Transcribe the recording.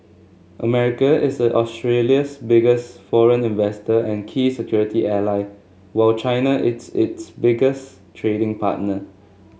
America is a Australia's biggest foreign investor and key security ally while China is its biggest trading partner